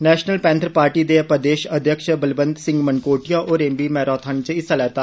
national Panthers Party दे प्रदेश अध्यक्ष बलवंत सिंह मनकोटिया होरें बी मैराथान च हिस्सा लैता